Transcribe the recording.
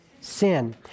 sin